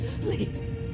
please